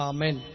Amen